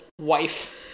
wife